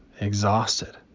exhausted